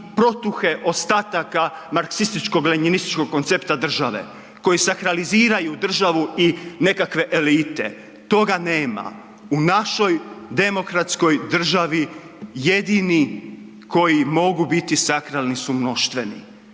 protuhe ostataka marksističko lenjinističkog koncepta države koji sakraliziraju državu i nekakve elite, toga nema. U našoj demokratskoj državi jedini koji mogu biti sakralni su mnoštveni,